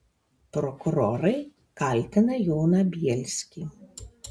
prokurorai kaltina joną bielskį